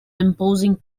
imposing